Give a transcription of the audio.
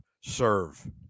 serve